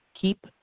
keep